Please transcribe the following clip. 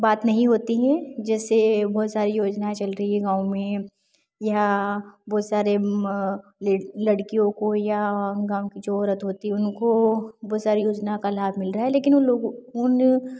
बात नहीं होती हैं जैसे बहुत सारी योजनाएँ चल रही है गाँव में या बहुत सारे ले लड़कियों को या गाँव की जो औरत होती है उनको बहुत सारी योजनाओं का लाभ मिल रहा है लेकिन उन लोगों उन लोग